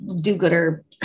do-gooder